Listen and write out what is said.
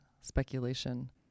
speculation